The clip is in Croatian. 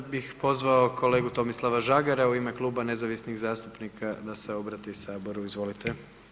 Sada bih pozvao kolegu Tomislava Žagara u ime Kluba nezavisnih zastupnika da se obrati saboru, izvolite.